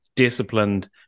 Disciplined